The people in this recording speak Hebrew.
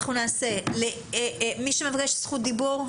מי שמבקש את זכות הדיבור,